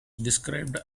described